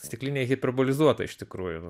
stiklinėj hiperbolizuota iš tikrųjų nu